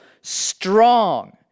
strong